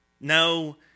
No